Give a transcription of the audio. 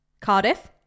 Cardiff